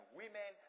women